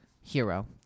hero